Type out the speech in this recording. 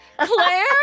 Claire